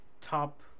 top